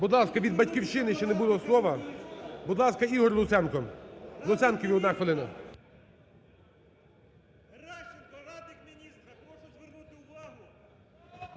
Будь ласка, від "Батьківщини" ще не було слова. Будь ласка, Ігор Луценко. Луценкові одна хвилина.